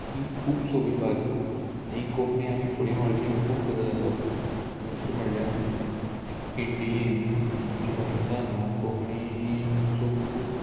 ही खूब सोंपी भास आनी कोंकणी आमी फुडें व्हरची हेका खूब गरज आसा दुसरें म्हणल्यार इंडियेन आमच्या भारतान न्हू कोंकणी खूब